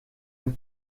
een